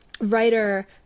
writer